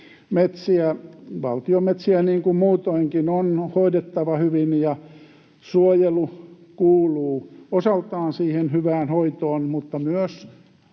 valtion metsiä niin kuin muutoinkin, on hoidettava hyvin, ja suojelu kuuluu osaltaan siihen hyvään hoitoon mutta myös